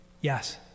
yes